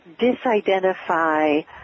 disidentify